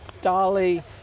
Dali